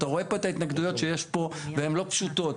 אתה רואה פה את ההתנגדויות שיש פה והן לא פשוטות.